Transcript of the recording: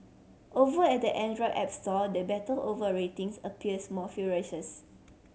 over at the Android app store the battle over ratings appears more ferocious